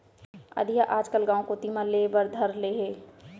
अधिया आजकल गॉंव कोती म लेय बर धर ले हें